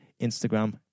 Instagram